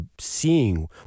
seeing